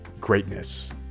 greatness